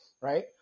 right